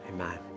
Amen